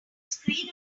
screen